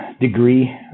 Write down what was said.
degree